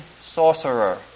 sorcerer